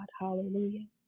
Hallelujah